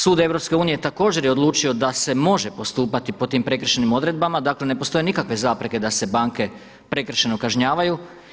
Sud EU također je odlučio da se može postupati po tim prekršajnim odredbama, dakle ne postoje nikakve zapreke da se banke prekršajno kažnjavaju.